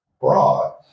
broad